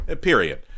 Period